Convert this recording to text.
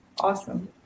Awesome